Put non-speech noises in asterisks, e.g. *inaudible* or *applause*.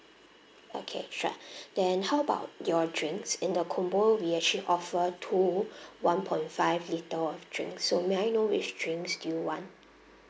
okay sure *breath* then how about your drinks in the combo we actually offer two *breath* one point five litre of drink so may I know which drink do you want